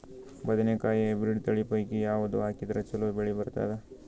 ಬದನೆಕಾಯಿ ಹೈಬ್ರಿಡ್ ತಳಿ ಪೈಕಿ ಯಾವದು ಹಾಕಿದರ ಚಲೋ ಬೆಳಿ ಬರತದ?